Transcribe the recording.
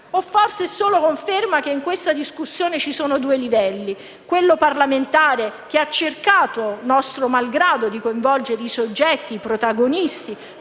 Forse è solo una conferma che in questa discussione ci sono due livelli: quello parlamentare, che ha cercato, nostro malgrado, di coinvolgere i soggetti protagonisti,